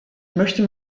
möchte